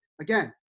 again